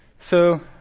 so